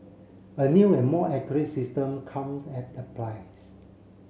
a new and more accurate system comes at a price